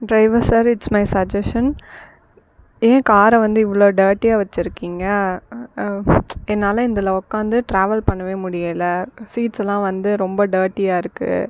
driver sir it's my suggestion என் காரை வந்து இவ்வளோ டர்டியா வச்சுருக்கீங்க என்னால் இதில் உட்காந்து ட்ராவல் பண்ணவே முடியல சீட்ஸ்ஸெல்லாம் வந்து ரொம்ப டர்டியா இருக்குது